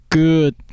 good